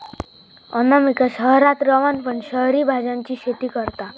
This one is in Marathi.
अनामिका शहरात रवान पण शहरी भाज्यांची शेती करता